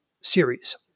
series